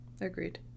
Agreed